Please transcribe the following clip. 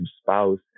spouse